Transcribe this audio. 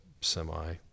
semi